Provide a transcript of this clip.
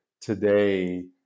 today